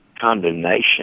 condemnation